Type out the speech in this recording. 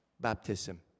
baptism